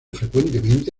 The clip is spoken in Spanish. frecuentemente